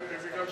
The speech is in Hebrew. בלי כלום,